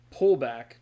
pullback